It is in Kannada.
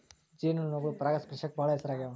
ಜೇನು ನೊಣಗಳು ಪರಾಗಸ್ಪರ್ಶಕ್ಕ ಬಾಳ ಹೆಸರಾಗ್ಯವ